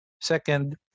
Second